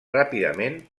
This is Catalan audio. ràpidament